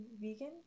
vegan